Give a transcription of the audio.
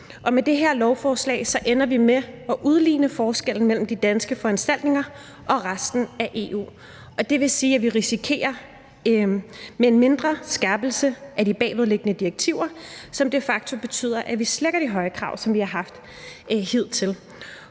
Med det her lovforslag ender vi med at udligne forskellen mellem de danske foranstaltninger og resten af EU. Det vil sige, at vi risikerer, at en mindre skærpelse af de bagvedliggende direktiver de facto vil betyde, at vi slækker de høje krav, som vi har haft hidtil.